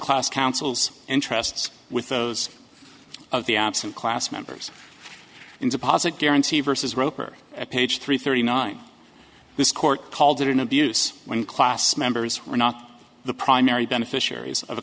class councils interests with those of the absent class members in deposit guarantee versus roper at page three thirty nine this court called an abuse when class members were not the primary beneficiaries of